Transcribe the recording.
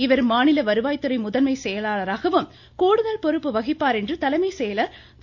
இவர் மாநில வருவாய்துறை முதன்மை செயலாளராகவும் கூடுதல் பொறுப்பு வகிப்பார் என்று தலைமை செயலாளர் திரு